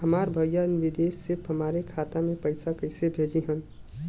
हमार भईया विदेश से हमारे खाता में पैसा कैसे भेजिह्न्न?